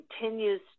continues